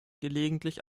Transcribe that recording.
gelegentlich